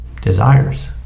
desires